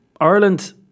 Ireland